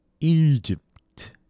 Egypt